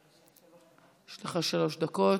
יש לך שלוש דקות.